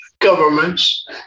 governments